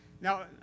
Now